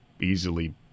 easily